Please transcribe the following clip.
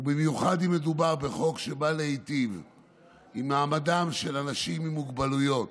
במיוחד אם זה חוק שבא להיטיב את מעמדם של אנשים עם מוגבלויות